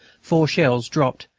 four shells dropped,